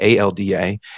ALDA